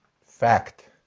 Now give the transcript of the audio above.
fact